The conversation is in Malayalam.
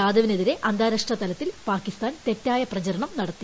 ജാദവിനെതിരെ അന്താരാഷ്ട്രതലത്തിൽ പാകിസ്ഥാൻ തെറ്റായ പ്രചരണം നടത്തി